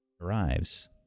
arrives